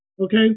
okay